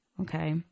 Okay